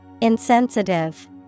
Insensitive